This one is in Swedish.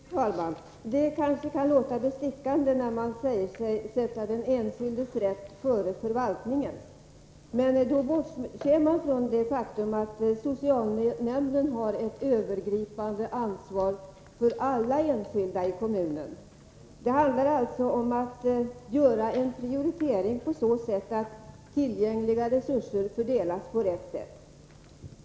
Fru talman! Det kanske kan låta bestickande när man säger sig sätta den enskildes rätt före förvaltningens, men då bortser man från det faktum att socialnämnden har ett övergripande ansvar för alla enskilda i kommunen. Det handlar alltså om att göra en prioritering så att tillgängliga resurser fördelas på rätt sätt.